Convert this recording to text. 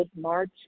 March